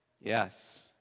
yes